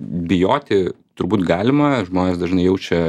bijoti turbūt galima žmonės dažnai jaučia